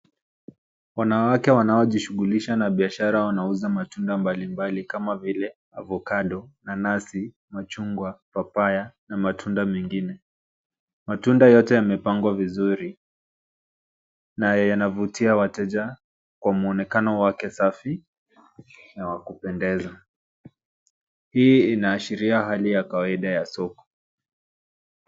Wanawake wanao jishughulisha na biashara wanauza matunda mbali mbali kama vile avocado nanasi, machungwa, papaya na matunda mengine. Matunda yote yamepangwa vizuri na yanavutia wateja kwa muonekano wake safi na wakupendeza. Hii inaashiria hali ya kawaida ya soko.